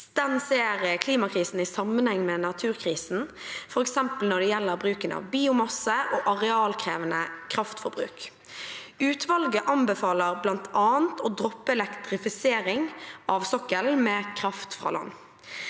ser klimakrisen i sammenheng med naturkrisen, for eksempel når det gjelder bruken av biomasse og arealkrevende kraftforbruk. Utvalget anbefaler blant annet å droppe elektrifisering med kraft fra land.